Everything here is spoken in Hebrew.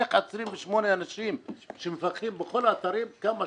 איך 28 אנשים שמפקחים בכל האתרים כמה,